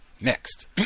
next